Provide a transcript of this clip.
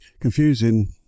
Confusing